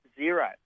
zero